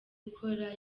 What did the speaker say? gukora